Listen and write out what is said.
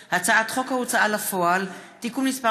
הכנסת: הצעת חוק ההוצאה לפועל (תיקון מס'